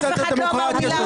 אתה לא רוצה שיחות הידברות,